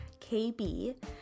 KB